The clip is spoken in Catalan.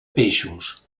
peixos